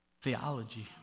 theology